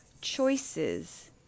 choices